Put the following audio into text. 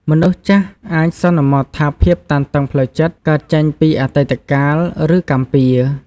មនុស្សចាស់អាចសន្មតថាភាពតានតឹងផ្លូវចិត្តកើតចេញពីអតីតកាល ឬកម្មពៀរ។